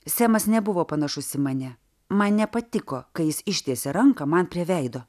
semas nebuvo panašus į mane man nepatiko kai jis ištiesė ranką man prie veido